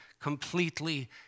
completely